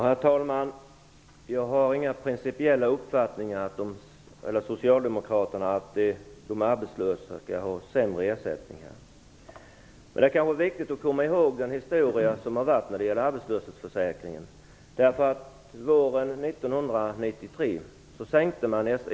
Herr talman! Socialdemokraterna har inga principiella uppfattningar om att de arbetslösa skall ha sämre ersättningar. Det är kanske viktigt att komma ihåg arbetslöshetsförsäkringens historia.